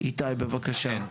איתי, בבקשה.